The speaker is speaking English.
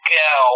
go